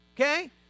Okay